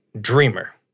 dreamer